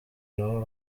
naho